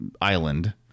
island